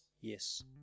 yes